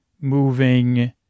moving